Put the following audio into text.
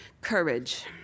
courage